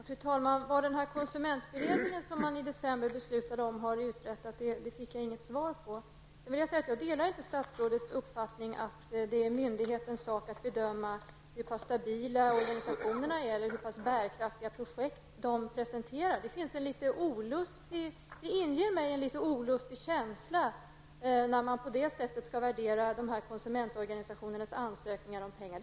Fru talman! Vad den konsumentberedning som man i december beslutade om har uträttat fick jag inget svar på. Jag vill vidare säga att jag inte delar statsrådets uppfattning att det är myndighetens sak att bedöma hur stabila organisationerna är eller hur bärkraftiga projekt de presenterar. Det inger mig en litet olustig känsla när man på det sättet värderar dessa konsumentorganisationers ansökningar om pengar.